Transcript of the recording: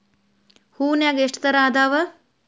ಹೂನ್ಯಾಗ ಎಷ್ಟ ತರಾ ಅದಾವ್?